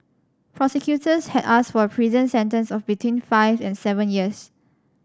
prosecutors had asked for a prison sentence of between five and seven years